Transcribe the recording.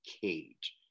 cage